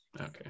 Okay